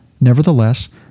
Nevertheless